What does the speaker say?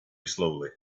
slowly